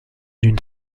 une